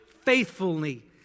faithfully